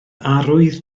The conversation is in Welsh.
arwydd